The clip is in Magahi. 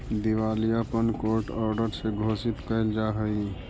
दिवालियापन कोर्ट ऑर्डर से घोषित कैल जा हई